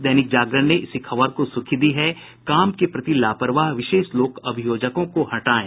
दैनिक जागरण ने इसी खबर को सुर्खी दी है काम के प्रति लापरवाह विशेष लोक अभियोजकों को हटायें